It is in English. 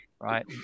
right